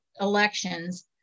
elections